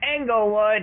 Englewood